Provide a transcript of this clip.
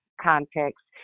Context